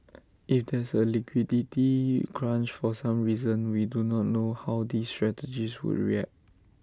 if there's A liquidity crunch for some reason we do not know how these strategies would react